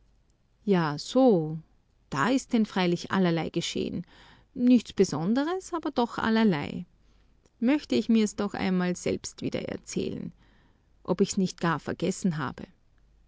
ja so da ist denn freilich allerlei geschehen nichts besonderes aber doch allerlei möchte ich mir's doch selbst einmal wieder erzählen ob ich's nicht gar vergessen habe